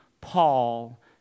Paul